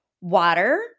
water